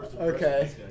Okay